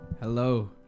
Hello